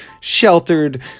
sheltered